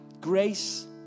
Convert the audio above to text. Grace